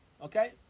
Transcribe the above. Okay